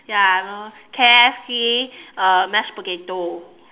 ya I know K_F_C uh mashed potato